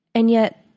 and yet,